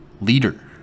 leader